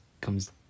comes